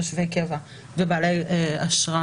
תושבי קבע ובעלי אשרה